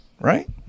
right